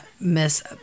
Miss